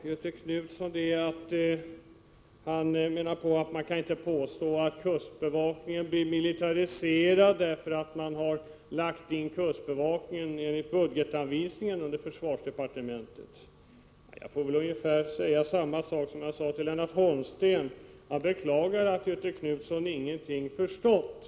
Göthe Knutson menade att man inte kan påstå att kustbevakningen blir militariserad därför att kustbevakningens budgetanvisning lagts in under försvarsdepartementets huvudtitel. Jag får säga ungefär som till Lennart Holmsten: Jag beklagar att Göthe Knutson ingenting har förstått.